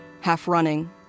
half-running